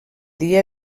dia